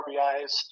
RBIs